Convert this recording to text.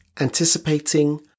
Anticipating